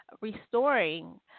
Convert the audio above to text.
restoring